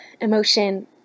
emotion